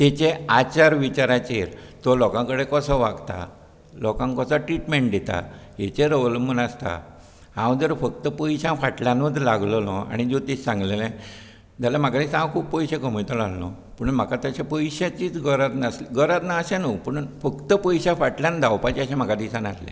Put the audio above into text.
तेचे आचार विचाराचेर तो लोकां कडेन कसो वागता लोकांक कसो ट्रिटमेंट दिता हेचेर अवलंबून आसता हांव जर फक्त पयश्यां फाटल्यानूत लागललो आनी ज्योतीश सांगलेलें जाल्यार म्हाका दिसता हांव खूब पयशे कमयतलो आसलो पूण म्हाका तशी पयश्याचीच गरज नासली ना अशें नू पूण फक्त पयश्यां फाटल्यान धांवपाचें अशें म्हाका दिस नासलें